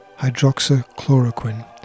hydroxychloroquine